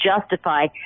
justify